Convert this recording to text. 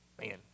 Man